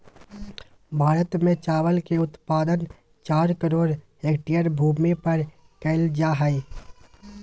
भारत में चावल के उत्पादन चार करोड़ हेक्टेयर भूमि पर कइल जा हइ